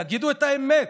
תגידו את האמת.